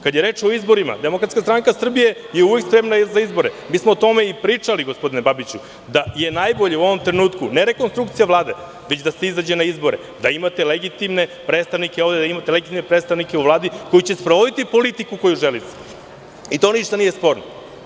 Kada je reč o izborima, DSS je uvek spremna za izbore, mi smo o tome i pričali, gospodine Babiću, da je najbolje u ovom trenutku, ne rekonstrukcija Vlade, već da se izađe na izbore, da imate legitimne predstavnike ovde, da imate legitimne predstavnike u Vladi koji će sprovoditi politiku koju želite i to ništa nije sporno.